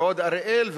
ועוד אריאל,